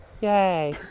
Yay